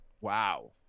Wow